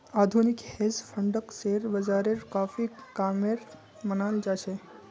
आधुनिक हेज फंडक शेयर बाजारेर काफी कामेर मनाल जा छे